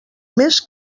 més